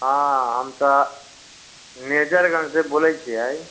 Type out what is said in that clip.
हाँ हम तऽ मेजरगञ्जसँ बोलै छियै